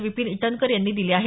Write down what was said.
विपिन ईटनकर यांनी दिले आहेत